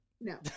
No